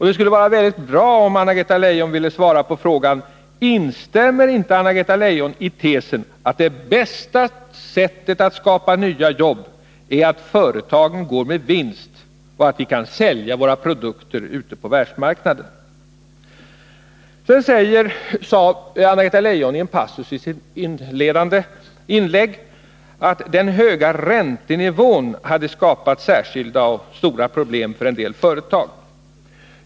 Det skulle vara väldigt bra om hon ville svara på frågan: Instämmer inte Anna-Greta Leijon i tesen, att det bästa sättet att skapa nya jobb är att företagen går med vinst och att vi kan sälja varor ute på världsmarknaden? Vidare sade Anna-Greta Leijon i en passus i sitt inledande inlägg att den höga räntenivån hade skapat särskilda och stora problem för en del företag.